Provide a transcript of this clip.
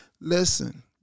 listen